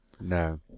No